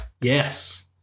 Yes